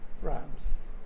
France